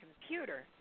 computer